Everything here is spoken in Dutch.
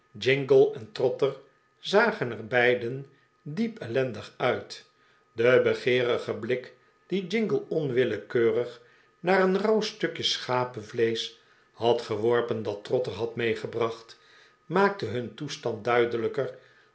jingle en trotter zagen er beiden diep ellendig uit de begeerige blik dien jingle onwillekeurig naar een rauw stukje schapevleesch had geworpen dat trotter had meegebracht maakte hun toestand duidelijker